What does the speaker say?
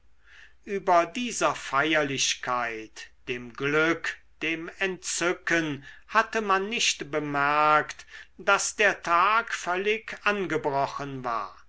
über dieser feierlichkeit dem glück dem entzücken hatte man nicht bemerkt daß der tag völlig angebrochen war